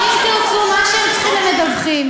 "אם תרצו" מה שהם צריכים הם מדווחים.